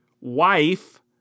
wife